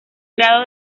grado